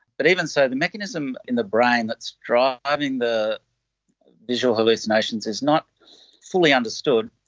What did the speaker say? but even so, the mechanism in the brain that's driving the visual hallucinations is not fully understood.